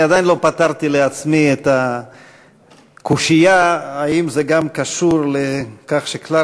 אני עדיין לא פתרתי לעצמי את הקושיה אם זה גם קשור לכך שקלרה